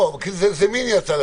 זה עניין אחד.